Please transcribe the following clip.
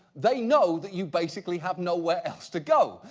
they know that you basically have no where else to go.